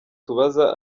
tubaza